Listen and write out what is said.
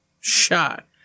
shot